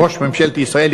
ראש ממשלת ישראל,